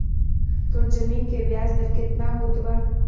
तोर जमीन के ब्याज दर केतना होतवऽ?